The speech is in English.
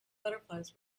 butterflies